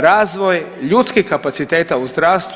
razvoj ljudskih kapaciteta u zdravstvu.